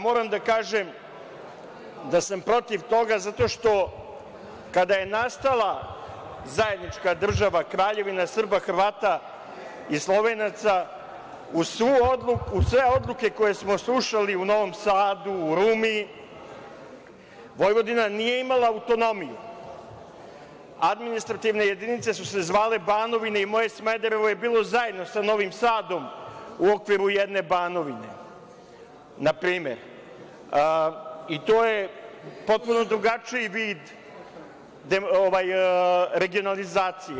Moram da kažem da sam protiv toga zato što, kada je nastala zajednička država Kraljevina Srba, Hrvata i Slovenaca, uz svu odluke koje smo slušali u Novom Sadu, u Rumi, Vojvodina nije imala autonomiju, administrativne jedinice su se zvale banovine i moje Smederevo je bilo zajedno sa Novim Sadom u okviru jedne banovine, na primer, i to je potpuno drugačiji vid regionalizacije.